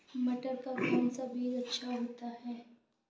मटर का कौन सा बीज अच्छा होता हैं?